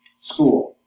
school